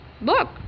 look